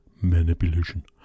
manipulation